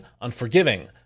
unforgiving